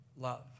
love